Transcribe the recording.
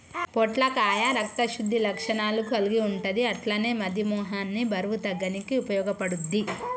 పొట్లకాయ రక్త శుద్ధి లక్షణాలు కల్గి ఉంటది అట్లనే మధుమేహాన్ని బరువు తగ్గనీకి ఉపయోగపడుద్ధి